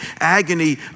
agony